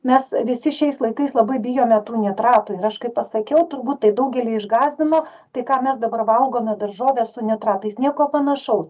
mes visi šiais laikais labai bijome tų nitratų ir aš kaip pasakiau turbūt tai daugelį išgąsdino tai ką mes dabar valgome daržoves su nitratais nieko panašaus